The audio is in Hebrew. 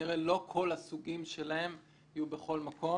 כנראה לא כל הסוגים שלהם יהיו בכל מקום.